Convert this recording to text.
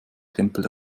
tempel